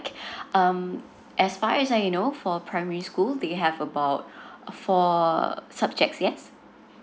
um as far as I know for primary school they have about four subjects yes